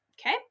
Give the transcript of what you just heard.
Okay